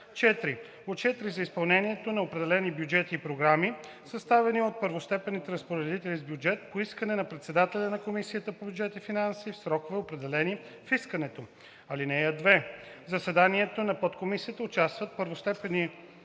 4. отчети за изпълнението на определени бюджети и програми, съставени от първостепенните разпоредители с бюджет по искане на председателя на Комисията по бюджет и финанси в срокове, определени в искането. (2) В заседанията на подкомисията участват първостепенният